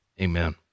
Amen